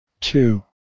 two